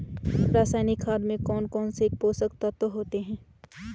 रासायनिक खाद में कौन कौन से पोषक तत्व होते हैं?